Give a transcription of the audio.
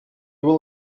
will